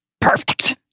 perfect